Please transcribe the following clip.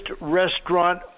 restaurant